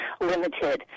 limited